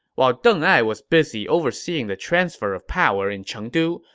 while deng ai was busy overseeing the transfer of power in chengdu,